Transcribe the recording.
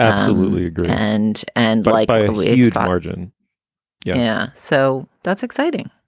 absolutely. and and like by way, yeah ah origin yeah. so that's exciting.